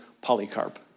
Polycarp